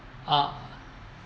ah